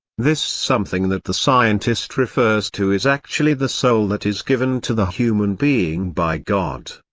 this something that the scientist refers to is actually the soul that is given to the human being by god.